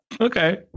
okay